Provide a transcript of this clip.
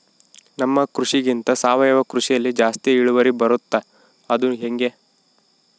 ನಮ್ಮ ಕೃಷಿಗಿಂತ ಸಾವಯವ ಕೃಷಿಯಲ್ಲಿ ಜಾಸ್ತಿ ಇಳುವರಿ ಬರುತ್ತಾ ಅದು ಹೆಂಗೆ?